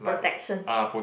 protection